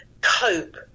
cope